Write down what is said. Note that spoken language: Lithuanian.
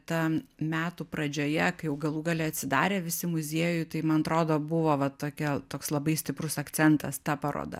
ta metų pradžioje kai jau galų gale atsidarė visi muziejui tai man atrodo buvo va tokia toks labai stiprus akcentas ta paroda